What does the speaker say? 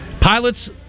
Pilots